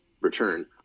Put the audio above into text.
return